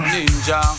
Ninja